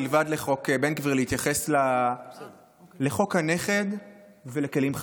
מלבד לחוק בן גביר להתייחס גם לחוק הנכד ולכלים חד-פעמיים.